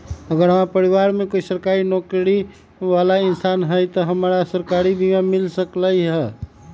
अगर हमरा परिवार में कोई सरकारी नौकरी बाला इंसान हई त हमरा सरकारी बीमा मिल सकलई ह?